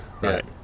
Right